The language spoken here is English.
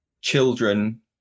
children